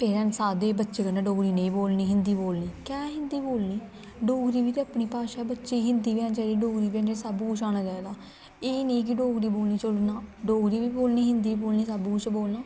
parents आखदे बच्चे कन्नै डोगरी नेईं बोलनी हिन्दी बोलनी क्या हिन्दी बोलनी डोगरी बी ते अपनी भाशा ऐ बच्चे गी हिन्दी बी औनी चाहिदी डोगरी बी औनी चाहिदी सब्भ कुछ औना चाहिदा एह् नेईं कि डोगरी बोलनी छोड़ो नां डोगरी बी बोलनी हिन्दी बी बोलनी सब्भ कुछ बोलना